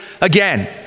again